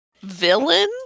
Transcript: villains